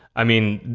i mean,